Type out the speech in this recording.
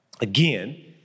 again